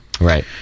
right